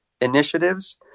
initiatives